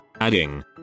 adding